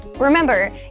Remember